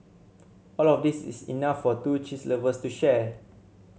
all of these is enough for two cheese lovers to share